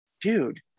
dude